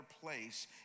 place